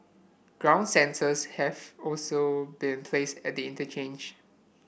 ground sensors have also been placed at the interchange